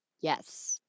Yes